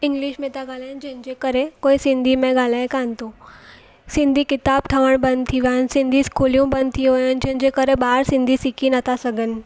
English मे था ॻाल्हाइनि जंहिंजे करे कोई सिंधी में ॻाल्हाए कान थो सिंधी किताब ठहणु बंदि थी विया आहिनि सिंधी स्कूलूं बंदि थी वियूं आहिनि जंहिंजे करे ॿार सिंधी सिखी न था सघनि